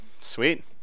sweet